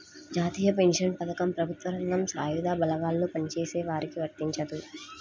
జాతీయ పెన్షన్ పథకం ప్రభుత్వ రంగం, సాయుధ బలగాల్లో పనిచేసే వారికి వర్తించదు